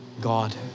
God